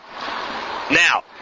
Now